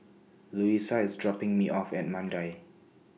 Louisa IS dropping Me off At Mandai